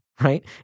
Right